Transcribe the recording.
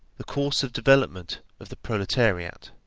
the course of development of the proletariat.